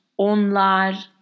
Onlar